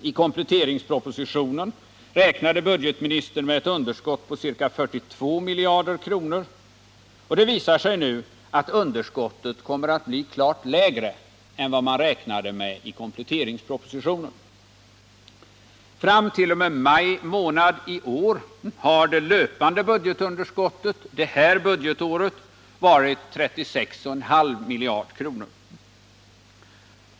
I kompletteringspropositionen räknade budgetministern med ett underskott på ca 42 miljarder kronor, men det visar sig nu att underskottet kommer att bli klart lägre än vad man där räknade med. Fram t.o.m. maj månad i år uppgick det löpande budgetunderskottet till 36,5 miljarder kronor.